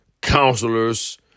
counselors